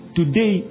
today